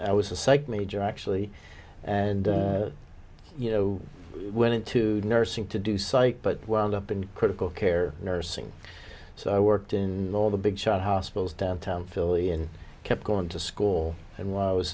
i was a psych major actually and you know went to nursing to do psych but wound up in critical care nursing so i worked in all the big shot hospitals downtown fill in kept going to school and while i was